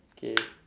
okay